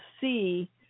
see